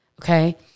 Okay